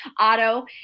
auto